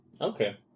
Okay